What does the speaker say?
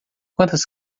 quantas